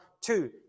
two